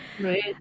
right